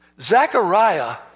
Zechariah